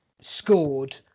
scored